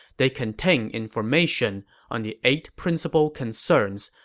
they contain information on the eight principal concerns,